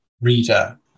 reader